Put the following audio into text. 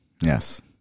Yes